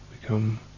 become